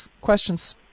questions